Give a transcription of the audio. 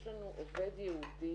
יש לנו עובד ייעודי